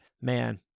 man